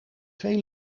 twee